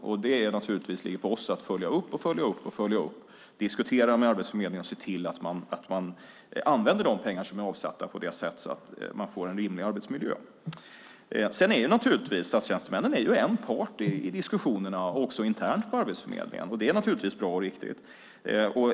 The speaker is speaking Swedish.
Det ligger naturligtvis på oss att följa upp detta, diskutera med Arbetsförmedlingen och se till att man använder de pengar som är avsatta på ett sätt som gör att man får en rimlig arbetsmiljö. Statstjänstemännen är naturligtvis en part i diskussionerna, också internt på Arbetsförmedlingen. Det är givetvis bra och riktigt.